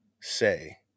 say